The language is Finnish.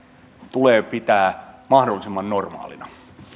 tulee pitää mahdollisimman normaalina